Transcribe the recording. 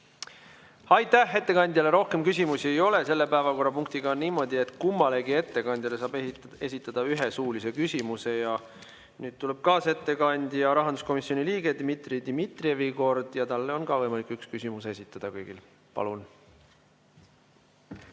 Aitäh! Ettekandjale rohkem küsimusi ei ole. Selle päevakorrapunktiga on niimoodi, et kummalegi ettekandjale saab esitada ühe suulise küsimuse. Nüüd tuleb kaasettekandja, rahanduskomisjoni liikme Dmitri Dmitrijevi kord ja ka talle on võimalik kõigil üks küsimus esitada. Palun!